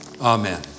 Amen